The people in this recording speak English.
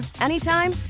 anytime